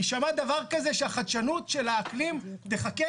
ישמע דבר כזה שהחדשנות של האקלים תחכה